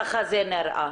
ככה זה נראה.